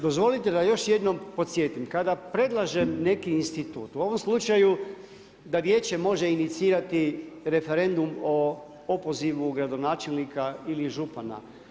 Dozvolite da još jednom podsjetim kada predlažem neki institut u ovom slučaju da vijeće može inicirati referendum o opozivu gradonačelnika ili župana.